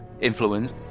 influence